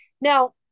now